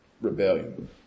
rebellion